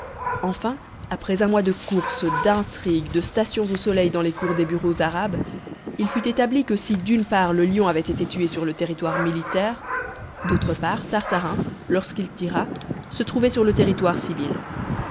enfin après un mois de courses d'intrigues de stations au soleil dans les cours des bureaux arabes il fut établi que si d'une part le lion avait été tué sur le territoire militaire d'autre part tartarin lorsqu'il tira se trouvait sur le territoire civil